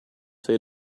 say